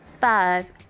five